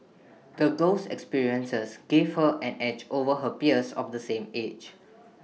the girl's experiences gave her an edge over her peers of the same age